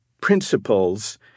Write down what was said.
principles